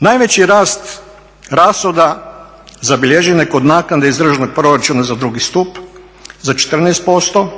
Najveći rast rashoda zabilježen je kod naknade iz državnog proračuna za drugi stup za 14%